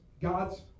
God's